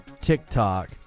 tiktok